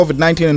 COVID-19